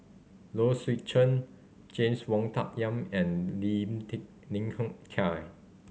Low Swee Chen James Wong Tuck Yim and Lim tech Lim Hng Kiang